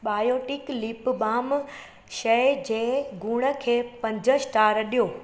Biotique lip balm शइ जे गुण खे पंज स्टार स्टार ॾियो